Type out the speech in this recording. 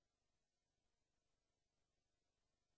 כי הוא עונה להצעות 5 ו-6, כפי